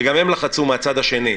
וגם הם לחצו מהצד השני,